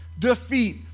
Defeat